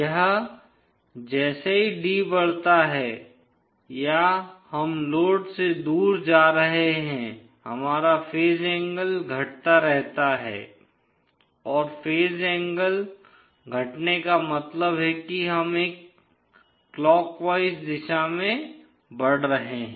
यह जैसे ही d बढ़ता है या हम लोड से दूर जा रहे हैं हमारा फेज एंगल घटता रहता है और फेज एंगल घटने का मतलब है कि हम एक क्लॉकवाइस दिशा में बढ़ रहे हैं